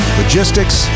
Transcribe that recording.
logistics